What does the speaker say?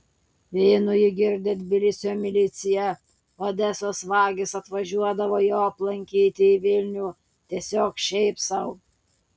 vynu jį girdė tbilisio milicija odesos vagys atvažiuodavo jo aplankyti į vilnių tiesiog šiaip sau